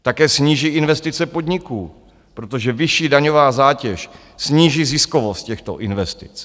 Také sníží investice podniků, protože vyšší daňová zátěž sníží ziskovost těchto investic.